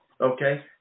okay